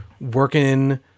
working